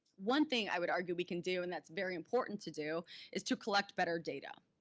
one thing i would argue we can do and that's very important to do is to collect better data.